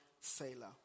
sailor